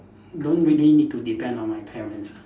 don't really need to depend on my parents ah